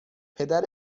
پدر